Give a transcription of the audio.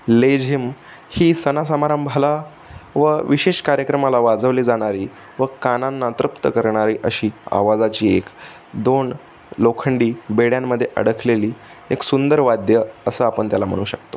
लेझिम ही सणासमारंभाला व विशेष कार्यक्रमाला वाजवली जाणारी व कानांना तृप्त करणारी अशी आवाजाची एक दोन लोखंडी बेड्यांमध्ये अडकलेली एक सुंदर वाद्य असं आपण त्याला म्हणू शकतो